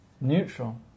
neutral